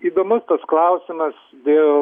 įdomus tas klausimas dėl